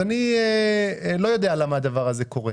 אני לא יודע למה הדבר הזה קורה.